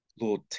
Lord